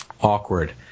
awkward